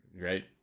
right